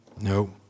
no